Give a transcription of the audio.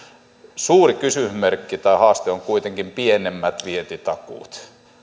suuri kysymysmerkki tai haaste on kuitenkin pienemmät vientitakuut